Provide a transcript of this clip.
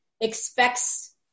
expects